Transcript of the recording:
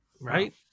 Right